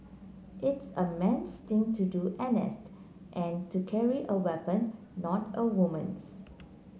it's a man's thing to do N S and to carry a weapon not a woman's